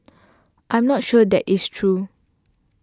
I'm not sure that is true